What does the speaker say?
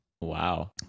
Wow